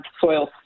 soil